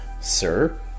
Sir